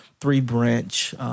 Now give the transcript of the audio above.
three-branch